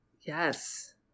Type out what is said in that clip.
Yes